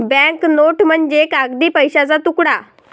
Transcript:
bank note म्हणजे कागदी पैशाचा तुकडा